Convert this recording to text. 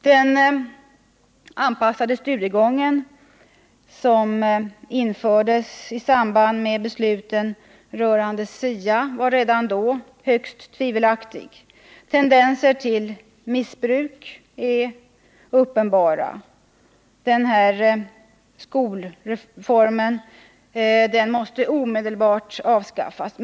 Den anpassade studiegången, som infördes i samband med besluten rörande SIA, var redan då högst tvivelaktig. Tendenser till missbruk är redan uppenbara. Denna s.k. reform måste omedelbart stoppas.